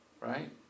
right